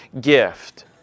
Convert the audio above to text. gift